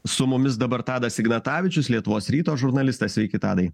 su mumis dabar tadas ignatavičius lietuvos ryto žurnalistas sveiki tadai